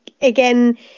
again